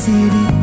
City